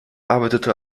arbeitete